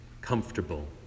comfortable